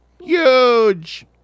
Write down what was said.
Huge